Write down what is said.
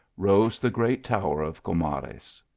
rose the great tower of comares.